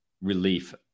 relief